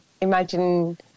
imagine